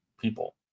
people